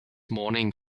morning